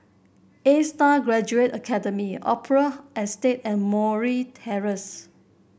Astar Graduate Academy Opera Estate and Murray Terrace